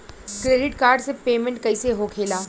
Credit card से payment कईसे होखेला?